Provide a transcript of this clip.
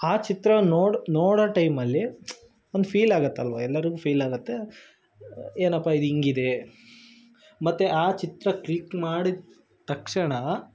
ಆ ಚಿತ್ರವನ್ನು ನೋಡಿ ನೋಡೋ ಟೈಮಲ್ಲಿ ಒಂದು ಫೀಲಾಗುತ್ತಲ್ವಾ ಎಲ್ಲರಿಗೂ ಫೀಲಾಗುತ್ತೆ ಏನಪ್ಪ ಇದು ಹಿಂಗಿದೆ ಮತ್ತು ಆ ಚಿತ್ರ ಕ್ಲಿಕ್ ಮಾಡಿದ ತಕ್ಷಣ